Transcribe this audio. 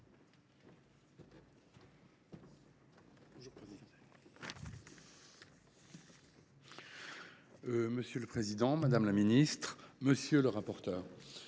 Monsieur le président, monsieur le ministre, monsieur le rapporteur